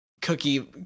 Cookie